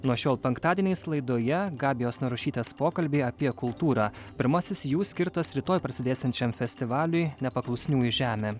nuo šiol penktadieniais laidoje gabijos narušytės pokalbiai apie kultūrą pirmasis jų skirtas rytoj prasidėsiančiam festivaliui nepaklusniųjų žemė